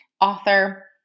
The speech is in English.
author